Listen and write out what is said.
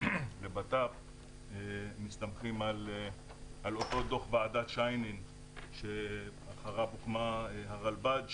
לבט"פ מסתמכים על אותו דוח ועדת שיינין שאחריו הוקמה הרלב"ד,